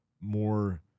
more